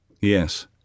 Yes